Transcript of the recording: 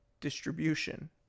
distribution